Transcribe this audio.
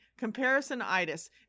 comparisonitis